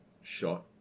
shot